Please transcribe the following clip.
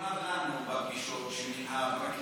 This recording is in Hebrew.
מה שנאמר לנו בפגישות עם הפרקליטות,